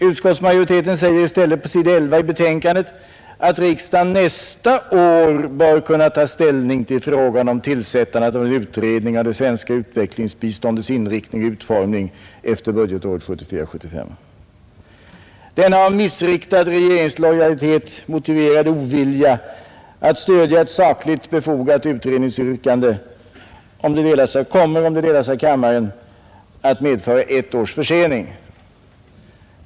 Utskottsmajoriteten skriver i stället på s. 11 i betänkandet att riksdagen nästa år bör ”kunna ta ställning till frågan om tillsättandet av en utredning av det svenska utvecklingsbiståndets inriktning och utformning efter budgetåret 1974/75”. Denna av missriktad regeringslojalitet motiverade ovilja att stödja ett sakligt befogat utredningsyrkande kommer — om det delas av kammaren — att medföra ett års försening.